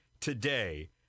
today